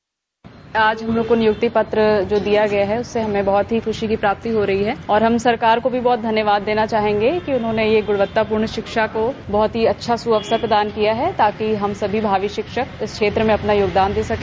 bite आज हम लोगों को जो नियुक्ति पत्र दिया गया है उससे हमें बहुत ही खूशी की प्राप्ति हो रही है और हम सरकार को भी धन्यवाद देना चाहेंगे कि उन्होंने यह गुणवत्ता पूर्ण शिक्षा को बहुत ही अच्छा सुअवसर प्रदान किया है ताकि हम सभी भावी शिक्षक इस क्षेत्र में अपना योगदान दे सके